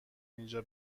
اینجا